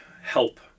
help